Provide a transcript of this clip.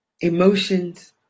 emotions